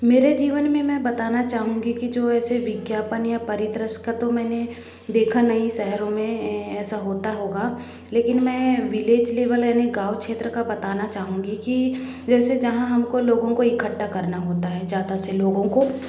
मेरे जीवन में मैं बताना चाहूँगी कि जो ऐसे विज्ञापन या परिदृश्य का तो मैंने देखा नहीं शहरों में ऐसा होता होगा लेकिन मैं विलेज लेवल यानि गाँव क्षेत्र का बताना चाहूँगी कि जैसे जहाँ हमको लोगों को इखट्ठा करना होता है जहाँ से लोगों को